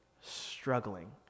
struggling